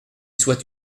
soit